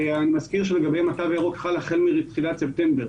ואני מזכיר שלגביהם התו הירוק חל החל מתחילת ספטמבר